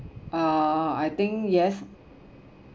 uh I think yes